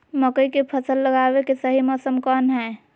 मकई के फसल लगावे के सही मौसम कौन हाय?